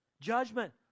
Judgment